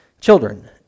children